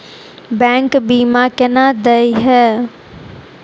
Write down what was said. Bank बीमा केना देय है?